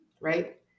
right